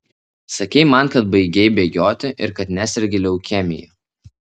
sakei man kad baigei bėgioti ir kad nesergi leukemija